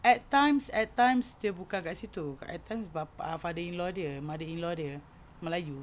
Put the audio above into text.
at times at times dia bukan kat situ at times bapa her father-in-law dia mother-in-law dia melayu